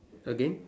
again